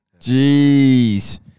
Jeez